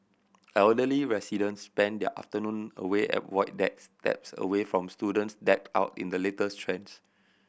elderly residents spend their afternoon away at void decks steps away from students decked out in the latest trends